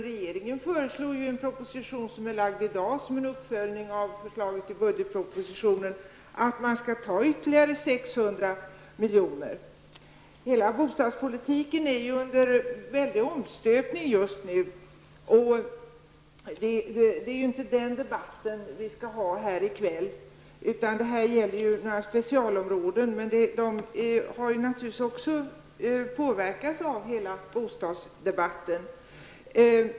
Regeringen föreslår i en proposition som har lagts fram i dag som en uppföljning av förslaget i budgetpropositionen att man skall ta ytterligare 600 miljoner. Hela bostadspolitiken är under en väldig omstöpning just nu. Den debatten skall vi inte föra här i kväll. Det gäller nu vissa specialområden. De har naturligtvis också påverkats av hela bostadsdebatten.